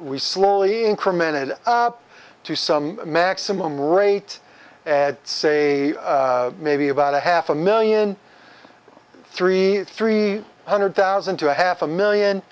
we slowly incremented up to some maximum rate and say maybe about a half a million three three hundred thousand to a half a million